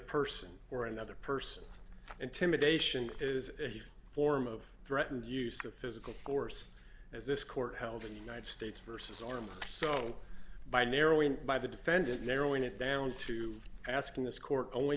person or another person intimidation is a form of threatened use of physical force as this court held in united states versus armed so by narrowing by the defendant narrowing it down to asking this court only